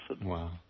Wow